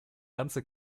ganze